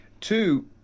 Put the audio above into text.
Two